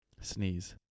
sneeze